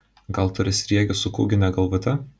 gal turi sriegį su kūgine galvute